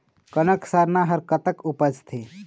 कनक सरना हर कतक उपजथे?